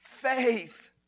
faith